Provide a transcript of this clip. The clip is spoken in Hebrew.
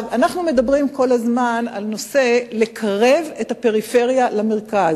אנחנו מדברים כל הזמן על לקרב את הפריפריה למרכז,